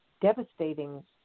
devastating